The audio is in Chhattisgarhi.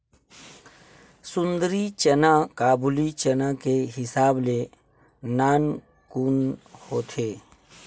सुंदरी चना काबुली चना के हिसाब ले नानकुन होथे